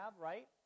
right